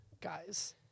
guys